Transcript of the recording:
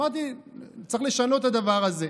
אמרתי שצריך לשנות את הדבר הזה.